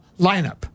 lineup